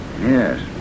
Yes